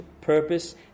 purpose